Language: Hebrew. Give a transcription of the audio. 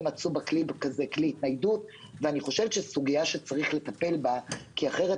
הם מצאו בכלי התניידות ואני חושבת שזו סוגיה שיש לטפל בה אחרת